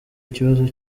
ikibazo